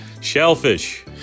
Shellfish